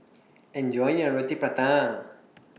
Enjoy your Roti Prata